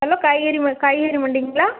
hello காய்கறி ம காய்கறி மண்டிங்களா